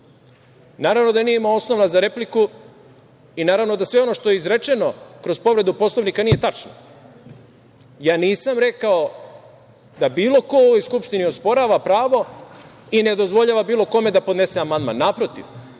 Naravno da nije imao osnova za repliku i naravno da sve ono što je izrečeno kroz povredu Poslovnika nije tačno. Nisam rekao da bilo ko u ovoj Skupštini osporava pravo i ne dozvoljava bilo kome da podnese amandman. Naprotiv,